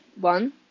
one